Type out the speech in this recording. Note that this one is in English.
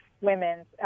women's